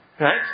Right